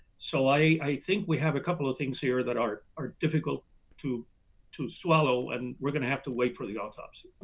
so i think we have a couple of things here that are are difficult to to swallow and we're going to have to wait for the autopsy.